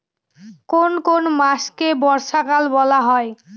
কোন কোন মাসকে বর্ষাকাল বলা হয়?